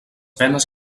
penes